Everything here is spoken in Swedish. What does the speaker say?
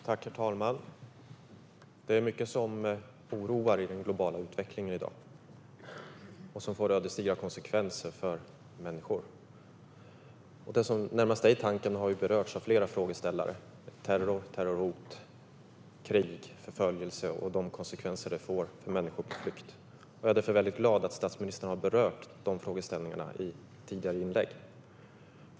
Herr talman! Det är mycket som oroar i den globala utvecklingen i dag och som får ödesdigra konsekvenser för människor. Det som närmast är i tanken har berörts av flera frågeställare: terror, terrorhot, krig, förföljelse och de konsekvenser detta får för människor på flykt. Jag är därför väldigt glad över att statsministern har berört de frågeställningarna i tidigare inlägg.